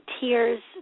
tears